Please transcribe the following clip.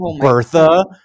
Bertha